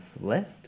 left